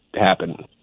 happen